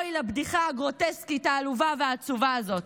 אוי לבדיחה הגרוטסקית העלובה והעצובה הזאת.